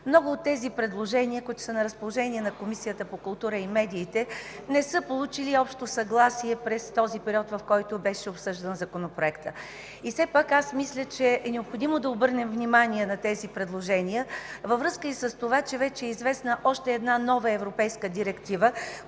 Много от предложенията, които са на разположение на Комисията по културата и медиите, не са получили общо съгласие през периода, в който беше обсъждан Законопроектът. И все пак аз мисля, че е необходимо да обърнем внимание на тези предложения във връзка и с това, че вече е известна още една нова Европейска директива,